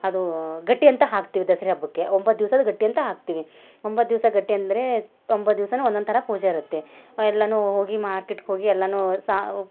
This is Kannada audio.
ಅದು ಗಟ್ಟಿ ಅಂತ ಹಾಕ್ತೀವಿ ದಸ್ರಾ ಹಬ್ಬಕ್ಕೆ ಒಂಬತ್ತು ದಿವ್ಸದ ಗಟ್ಟಿ ಅಂತ ಹಾಕ್ತೀವಿ ಒಂಬತ್ತು ದಿವಸ ಗಟ್ಟಿ ಅಂದರೆ ಒಂಬತ್ತು ದಿವ್ಸವೂ ಒಂದೊಂದು ಥರ ಪೂಜೆ ಇರುತ್ತೆ ಎಲ್ಲನೂ ಹೋಗಿ ಮಾರ್ಕೆಟ್ಗೆ ಹೋಗಿ ಎಲ್ಲನೂ ಸಾ